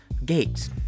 Gates